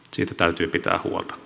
siitä täytyy pitää huolta